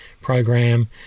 program